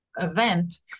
event